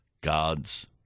God's